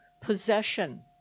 possession